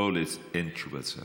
לא, אין תשובת שר.